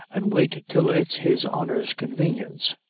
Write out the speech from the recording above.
an wait till it's his honor's convanience,